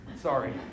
Sorry